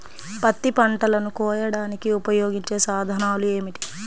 పత్తి పంటలను కోయడానికి ఉపయోగించే సాధనాలు ఏమిటీ?